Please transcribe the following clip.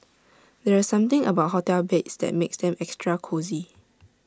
there's something about hotel beds that makes them extra cosy